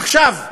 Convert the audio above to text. עכשיו,